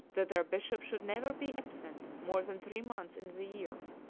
that their bishop should never be absent more than three months in the year,